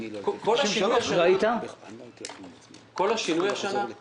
כל השינוי השנה הוא --- רבותי,